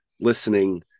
listening